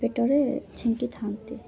ପେଟରେ ଛିଙ୍କି ଥାଆନ୍ତି